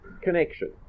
connection